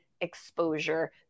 exposure